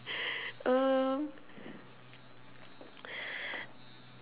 um